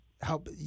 help